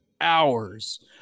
Hours